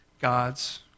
God's